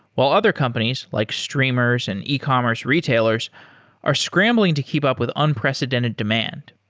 while other companies like streamers and ecommerce retailers are scrambling to keep up with unprecedented demand.